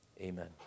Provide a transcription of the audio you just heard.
Amen